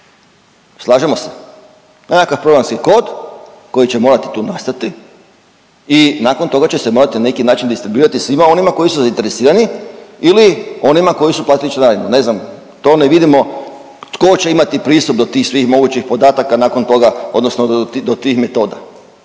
Slažemo se? Nekakav programski kod koji će morati tu nastati i nakon toga će se morati na neki način distribuirati svima onima koji su zainteresirani ili onima koji su platili članarinu. Ne znam, to ne vidimo tko će imati pristup do tih svih mogućih podataka nakon toga odnosno do tih metoda.